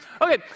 Okay